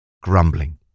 grumbling